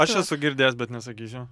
aš esu girdėjęs bet nesakysiu